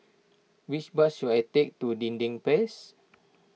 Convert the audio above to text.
which bus should I take to Dinding Place